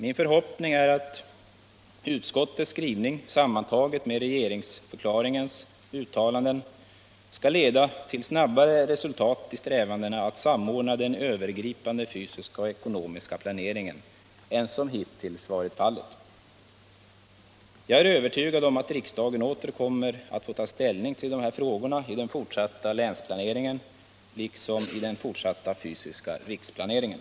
Min förhoppning är att utskottets skrivning sammantagen med regeringsförklaringens uttalanden skall leda till snabba resultat i strävandena att samordna den övergripande fysiska och ekonomiska planeringen än som hittills varit fallet. Jag är övertygad om att riksdagen åter kommer att få ta ställning till dessa frågor vid den fortsatta länsplaneringen liksom vid den fortsatta fysiska riksplaneringen.